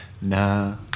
Nah